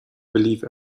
believe